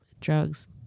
drugs